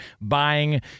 buying